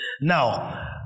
Now